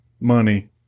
money